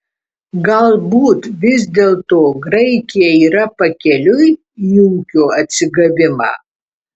galbūt vis dėlto graikija yra pakeliui į ūkio atsigavimą